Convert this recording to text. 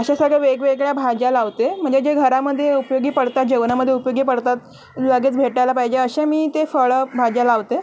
अशे सगळ्या वेगवेगळ्या भाज्या लावते म्हणजे जे घरामध्ये उपयोगी पडतात जेवणामध्ये उपयोगी पडतात लगेच भेटायला पाहिजे असे मी ते फळं भाज्या लावते